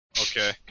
Okay